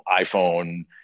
iPhone